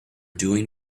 doing